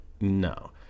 no